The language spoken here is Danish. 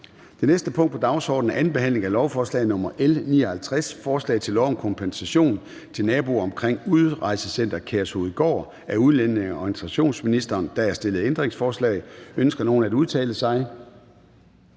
Det næste punkt på dagsordenen er: 10) 2. behandling af lovforslag nr. L 59: Forslag til lov om kompensation til naboer omkring Udrejsecenter Kærshovedgård. Af udlændinge- og integrationsministeren (Kaare Dybvad Bek). (Fremsættelse